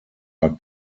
are